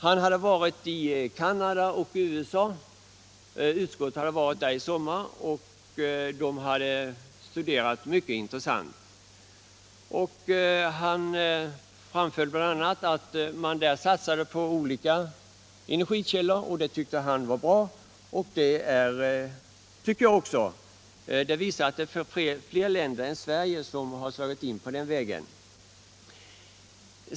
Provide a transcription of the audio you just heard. Han berättade att utskottsledamöterna i sommar varit i Canada och USA och studerat många intressanta saker. Herr Blomkvist framhöll bl.a. att man där satsade på olika energikällor. Det tyckte han var bra, och det gör jag också. Det visar att fler länder än Sverige slagit in på den vägen.